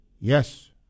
Yes